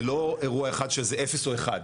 זה לא אירוע אחד שזה אפס או אחד,